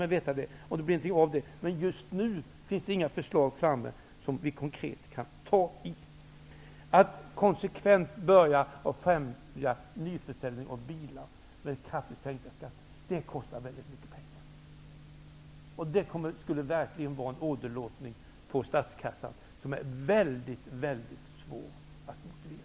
Jag tror mig veta det. Men just nu finns det inga konkreta förslag. Att konsekvent börja främja nyförsäljning av bilar skulle kosta mycket pengar. Det skulle verkligen innebära en åderlåtning av statskassan, som det vore väldigt svårt att motivera.